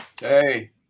Hey